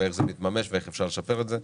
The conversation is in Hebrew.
ואיך זה מתממש ואיך אפשר לשפר את זה.